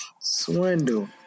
Swindle